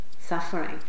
suffering